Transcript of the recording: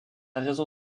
raison